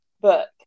book